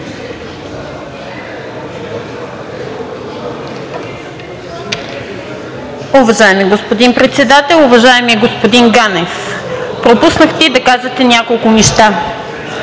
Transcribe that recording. Уважаеми господин Председател! Уважаеми господин Ганев, пропуснахте да кажете няколко неща.